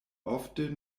ofte